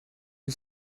you